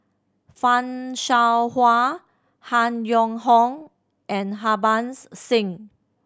Fan Shao Hua Han Yong Hong and Harbans Singh